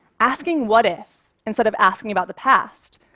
asking what if, instead of asking about the past,